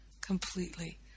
completely